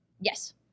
Yes